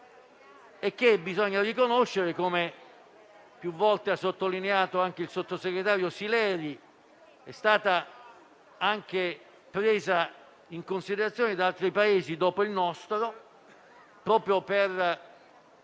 e che bisogna riconoscere - come più volte ha sottolineato anche il sottosegretario Sileri - è stata presa in considerazione da altri Paesi dopo il nostro, proprio per